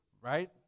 Right